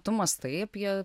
tu mąstai apie